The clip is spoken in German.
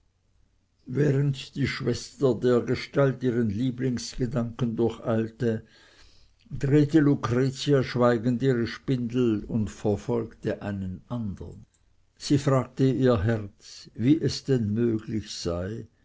während die schwester dergestalt diesen ihren lieblingsgedankengang durcheilte drehte lucretia schweigend ihre spindel und verfolgte einen andern sie fragte ihr herz wie es denn möglich sei